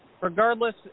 regardless